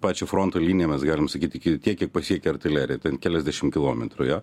pačią fronto liniją mes galim sakyt iki tiek kiek pasiekia artilerija ten keliasdešim kilometrų jo